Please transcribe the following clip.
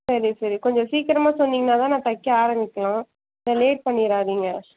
சரி சரி கொஞ்சம் சீக்கிரமாக சொன்னீங்னா தான் நான் தைக்க ஆரமிக்கணும் லேட் பண்ணிடாதிங்க